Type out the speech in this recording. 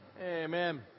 Amen